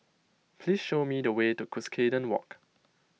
please show me the way to Cuscaden Walk